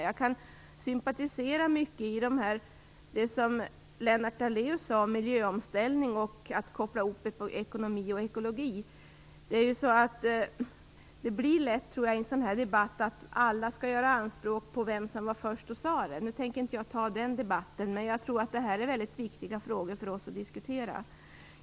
Jag sympatiserar med mycket av det som Lennart Dahléus sade om miljöomställning och om att koppla ihop ekonomi och ekologi. I en sådan här debatt blir det tyvärr lätt så att alla gör anspråk på att först ha sagt det. Den debatten tänker jag inte ta, men jag tror att detta är väldigt viktiga frågor för oss att diskutera.